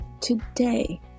today